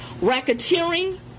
racketeering